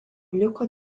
liko